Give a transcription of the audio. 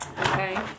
okay